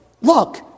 look